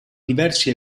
diversi